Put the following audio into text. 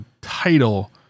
title